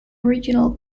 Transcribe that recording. original